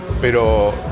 Pero